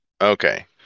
Okay